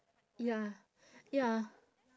ya ya